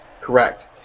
Correct